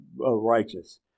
righteous